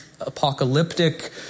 apocalyptic